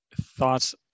thoughts